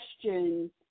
question